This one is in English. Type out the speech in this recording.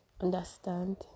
understand